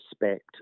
respect